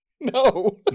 No